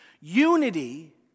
Unity